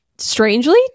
strangely